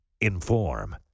inform